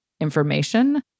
information